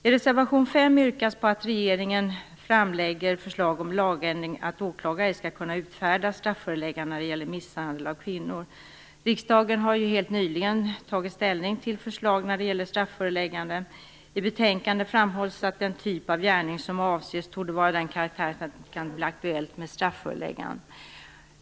I reservation 5 yrkas på att regeringen skall framlägga förslag om lagändring innebärande att åklagare ej skall kunna utfärda strafföreläggande när det gäller misshandel av kvinnor. Riksdagen har ju helt nyligen tagit ställning till förslag när det gäller strafföreläggande. I betänkandet framhålls att den typ av gärning som avses torde vara av den karaktären att det ej kan bli aktuellt med strafföreläggande.